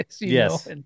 Yes